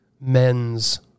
men's